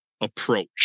approach